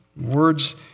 Words